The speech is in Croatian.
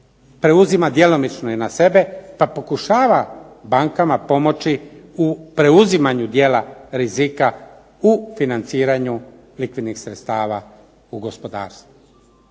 preuzima djelomično i na sebe, pa pokušava bankama pomoći u preuzimanju djela rizika u financiranju likvidnih sredstava u gospodarstvu.